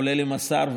כולל עם השר והשרה,